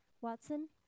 Watson